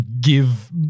give